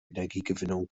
energiegewinnung